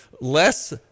less